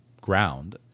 ground